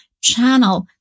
channel